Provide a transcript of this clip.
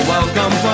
Welcome